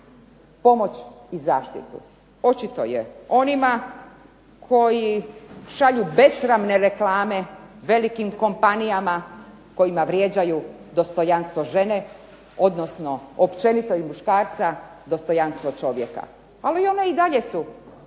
pomoć i zaštitu. Očito je onima, koji šalju besramne reklame velikim kompanijama kojima vrijeđaju dostojanstvo žene, općenito i muškarca, dostojanstvo čovjeka. Ali one i dalje su